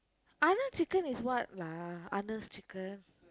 Arnold Chicken is what lah Arnold's Chicken